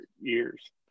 years